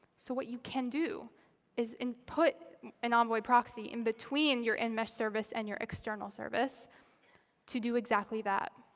so what you can do is input an envoy proxy in between your in-mesh service and your external service to do exactly that.